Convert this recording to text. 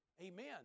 Amen